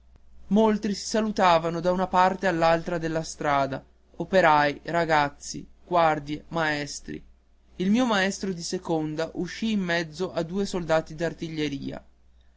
si salutavano da una parte all'altra della strada operai ragazzi guardie maestri il mio maestro di seconda uscì in mezzo a due soldati